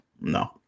No